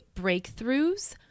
breakthroughs